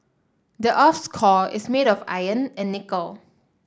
the earth's core is made of iron and nickel